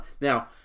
Now